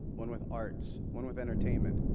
one with art, one with entertainment,